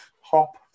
hop